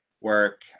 work